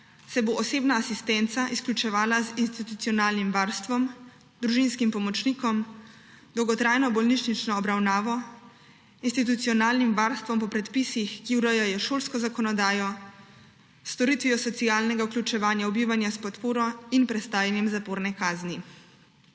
se bo osebna asistenca izključevala z institucionalnim varstvom, družinskim pomočnikom, dolgotrajno bolnišnično obravnavo, institucionalnim varstvom po predpisih, ki urejajo šolsko zakonodajo, storitvijo socialnega vključevanja bivanje s podporo in prestajanjem zaporne kazni.